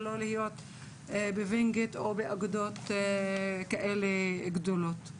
להיות בוינגייט או באגודות כאלה גדולות.